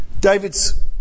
David's